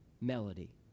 melody